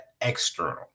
external